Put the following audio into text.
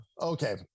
Okay